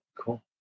Cool